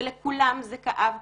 ולכולם זה כאב,